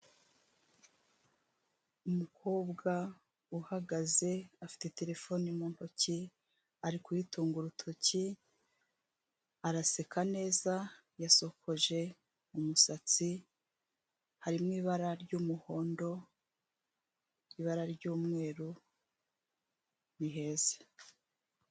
Umukobwa uhagaze afite telefone mu ntoki, ari kuyitunga urutoki, araseka neza, yasokoje umusatsi, harimo ibara ry'umuhondo, ibara ry'umweru, ni heza.